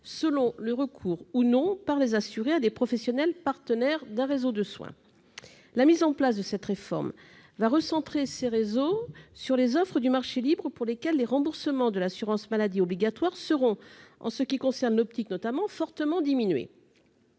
selon le recours ou non, par les assurés, à des professionnels partenaires d'un réseau de soins. La mise en place de cette réforme va recentrer ces réseaux sur les offres du marché libre pour lesquelles les remboursements de l'assurance maladie obligatoire seront, pour ce qui concerne l'optique notamment, fortement diminués.